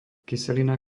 kyselina